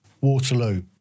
Waterloo